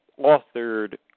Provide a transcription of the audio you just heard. authored